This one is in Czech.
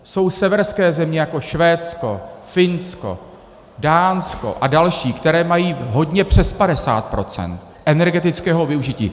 Jsou severské země jako Švédsko, Finsko, Dánsko a další, které mají hodně přes 50 % energetického využití.